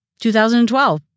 2012